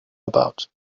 about